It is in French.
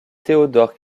théodore